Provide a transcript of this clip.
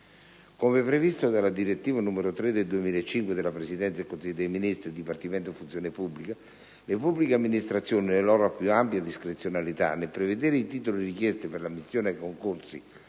Come previsto dalla direttiva n. 3 del 2005 della Presidenza del Consiglio dei ministri-Dipartimento funzione pubblica, le pubbliche amministrazioni, nella loro più ampia discrezionalità, nel prevedere i titoli richiesti per l'ammissione ai concorsi